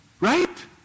right